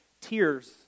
tears